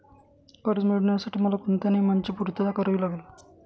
कर्ज मिळविण्यासाठी मला कोणत्या नियमांची पूर्तता करावी लागेल?